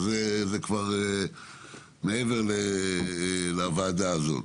זה כבר מעבר לוועדה הזאת.